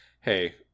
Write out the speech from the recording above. hey